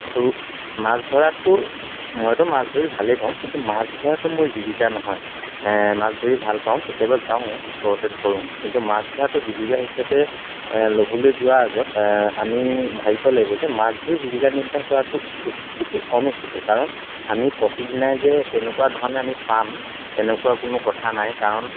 আৰু মাছ ধৰাতো মইতো মাছ ধৰি ভালেই পাওঁ কিন্তু মাছ ধৰাতো মোৰ জীৱিকা নহয় মাছ ধৰি ভাল পাওঁ কেতিয়াবা যাওঁ ওচৰতে ধৰোঁ কিন্তু মাছ ধৰাতো জীৱিকা হিচাপে ল'বলৈ যোৱা আগত আমি ভাবিব লাগিব যে মাছ ধৰি জীৱিকা নিৰ্বাহ কৰাতো উচিতো অনুচিতো কাৰণ আমি প্ৰতিদিনাই যে তেনেকুৱা ধৰণে আমি পাম তেনেকুৱা কোনো কথা নাই কাৰণ